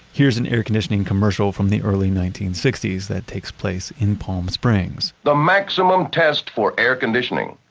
here's an air conditioning commercial from the early nineteen sixty s that takes place in palm springs the maximum test for air conditioning.